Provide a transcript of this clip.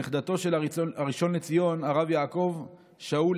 נכדתו של הראשון לציון הרב יעקב שאול